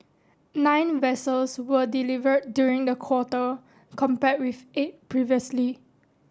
nine vessels were delivered during the quarter compared with eight previously